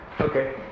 Okay